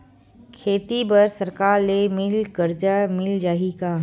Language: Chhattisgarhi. खेती बर सरकार ले मिल कर्जा मिल जाहि का?